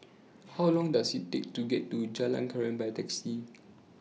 How Long Does IT Take to get to Jalan Krian By Taxi